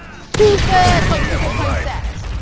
super top secret, closed set.